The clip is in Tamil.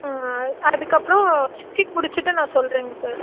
அதுக்கப்புறம் ஸ்டிட்ச்சிங் முடிச்சுட்டு நான் சொல்கிறேங்க சார்